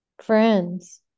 friends